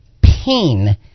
pain